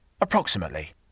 approximately